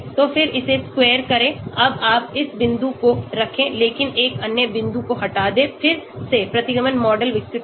तो फिर इसे स्क्वायर करें अब आप इस बिंदु को रखें लेकिन एक अन्य बिंदु को हटा दें फिर से प्रतिगमन मॉडल विकसित करें